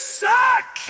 suck